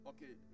Okay